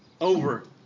over